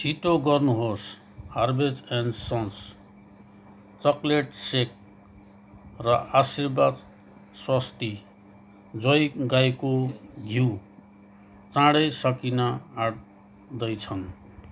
छिटो गर्नुहोस् हार्भेज एन्ड सन्स चक्लेट सेक र आशीर्वाद स्वस्ती जैविक गाईको घिउ चाँडै सकिन आँट्दै छन्